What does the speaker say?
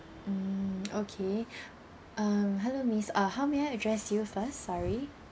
mm okay um hello miss uh how may I address you first sorry